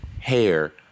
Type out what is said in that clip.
hair